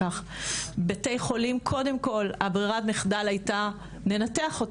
בבתי חולים ברירת המחדל הייתה קודם כל ניתוח.